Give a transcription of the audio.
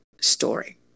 story